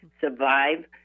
survive